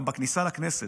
גם בכניסה לכנסת,